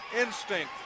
instinct